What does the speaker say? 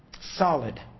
solid